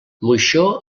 moixó